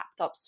laptops